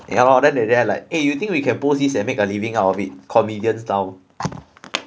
ya lor then they they're like eh you think we can post this and make a living out of it comedian's down